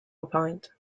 opined